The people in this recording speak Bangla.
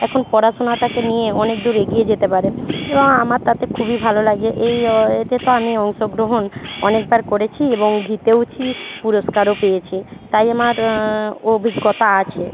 এখন পড়াশুনাটাকে নিয়ে অনেক দূর এগিয়ে যেতে পারে এবং আমার তাতে খুবই ভালো লাগে এই এতে তো আমি অংশগ্রহণ অনেকবার করেছি এবং জিতেওছি পুরস্কারও পেয়েছি তাই আমার অভিজ্ঞতা আছে